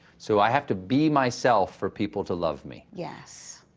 so i have to be myself for people to love me? yes.